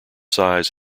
size